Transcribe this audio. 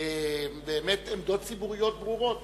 באמת עמדות ציבוריות ברורות.